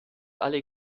alle